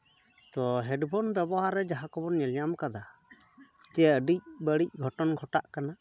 ᱛᱳ headphone ᱵᱮᱵᱚᱦᱟᱨ ᱨᱮ ᱡᱟᱦᱟᱸ ᱠᱚᱵᱚᱱ ᱧᱮᱞᱧᱟᱢ ᱠᱟᱫᱟ ᱡᱮ ᱟᱹᱰᱤ ᱵᱟᱹᱲᱤᱡ ᱜᱷᱚᱴᱚᱱ ᱜᱷᱚᱴᱟᱜ ᱠᱟᱱᱟ